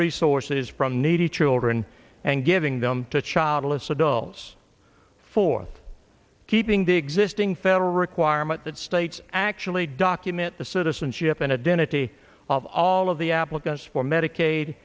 resources from needy children and giving them to childless adults for keeping the existing federal requirement that states actually document the citizenship and identity of all of the applicants for medicaid